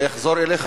זה יחזור אליך,